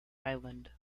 island